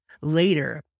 later